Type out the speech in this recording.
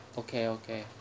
okay okay